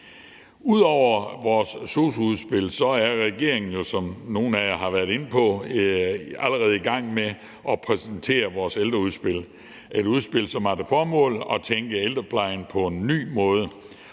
Ud over vores sosu-udspil er regeringen jo, som nogle af jer har været inde på, allerede i gang med at præsentere vores ældreudspil – et udspil, som har til formål at tænke ældreplejen på en ny måde